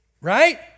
right